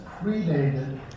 predated